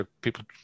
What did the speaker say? people